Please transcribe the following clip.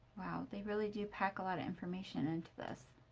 wow. they really do pack a lot of information into this.